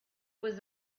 was